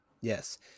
Yes